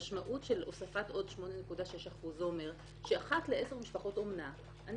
המשמעות של הוספת 8.6% זה אומר שאחת ל-10 משפחות אומנה אני